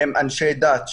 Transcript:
הם אנשי דת,